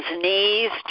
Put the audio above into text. knees